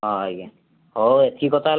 ହଁ ଆଜ୍ଞା ହେଉ ଏତିକି କଥା ହେଲା